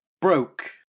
broke